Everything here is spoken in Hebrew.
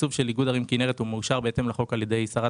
התקצוב של איגוד ערים כינרת מאושר בהתאם לחוק על ידי שרת